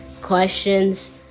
questions